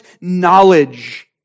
knowledge